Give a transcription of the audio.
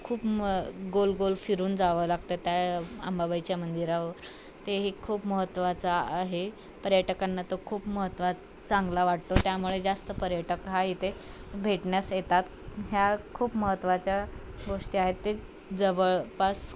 खूप मग गोल गोल फिरून जावं लागतं त्या अंबाबाईच्या मंदिरावर ते ही खूप महत्त्वाचं आहे पर्यटकांना तो खूप महत्त्वाचा चांगला वाटतो त्यामुळे जास्त पर्यटक हा इथे भेटण्यास येतात ह्या खूप महत्त्वाच्या गोष्टी आहेत ते जवळपास